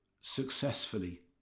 successfully